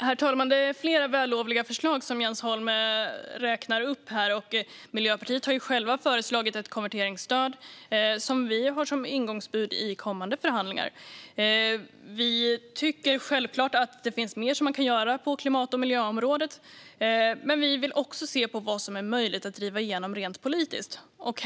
Herr talman! Det är flera vällovliga förslag som Jens Holm räknar upp här. Miljöpartiet har självt föreslagit ett konverteringsstöd som vi har som ingångsbud i kommande förhandlingar. Vi tycker självklart att det finns mer som man kan göra på klimat och miljöområdet. Men vi vill också se på vad som är möjligt att driva igenom rent politiskt. Herr talman!